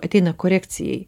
ateina korekcijai